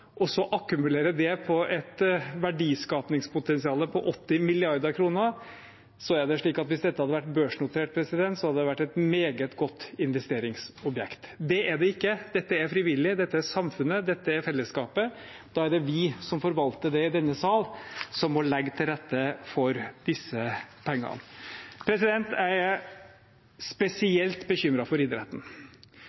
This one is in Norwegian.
det på et verdiskapingspotensial på 80 mrd. kr, hadde det, hvis dette hadde vært børsnotert, vært et meget godt investeringsobjekt. Det er det ikke. Dette er frivillig, dette er samfunnet, dette er fellesskapet. Da er det vi som forvalter det i denne sal, som må legge til rette for disse pengene. Jeg er